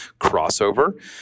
crossover